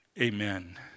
Amen